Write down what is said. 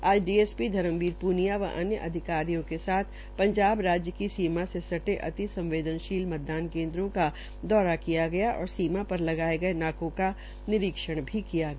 आज डीएसपी धर्मवीर प्निया व अन्य अधिकारियों के साथ पंजाब राज्य की सीमा से सटे अति संवदेनशील मतदान केन्द्रों को दौरा किया गया और सीमा पर लगाये गये नाकों का निरीक्षण किया गया